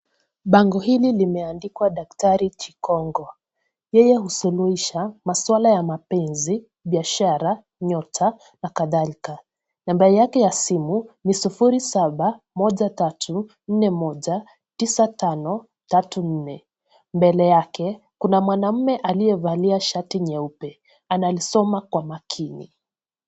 Bango hili limeandikwa daktari kikongo. Yeye husuluhisha maswala ya mapenzi, biashara, nyota na kadhalika. Namba yake ya simu ni 0713419534. Mbele yake, kuna mwamamume aliyevalia shati nyeupe. Analisoma kwa makini.